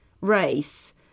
race